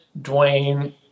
Dwayne